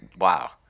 Wow